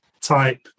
type